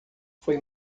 foi